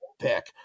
pick